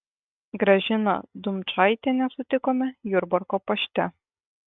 gražiną dumčaitienę sutikome jurbarko pašte